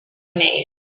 mail